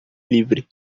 livre